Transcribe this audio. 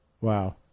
Wow